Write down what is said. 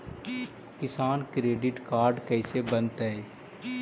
किसान credit card कैसे बनतै?